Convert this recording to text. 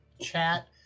chat